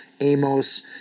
Amos